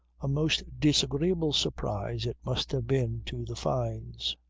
a most disagreeable surprise it must have been to the fynes.